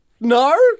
No